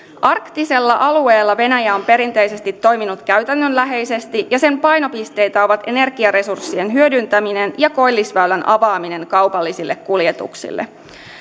arktisella alueella venäjä on perinteisesti toiminut käytännönläheisesti ja sen painopisteitä ovat energiaresurssien hyödyntäminen ja koillisväylän avaaminen kaupallisille kuljetuksille